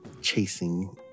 chasing